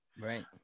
right